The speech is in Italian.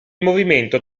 movimento